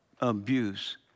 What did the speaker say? abuse